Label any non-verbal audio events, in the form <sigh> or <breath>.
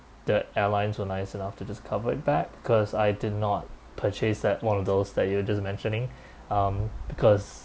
the airlines were nice enough to just cover it back cause I did not purchase that one of those that you were just mentioning <breath> um because